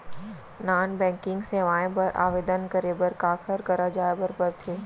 non banking सेवाएं बर आवेदन करे बर काखर करा जाए बर परथे